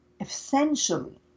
essentially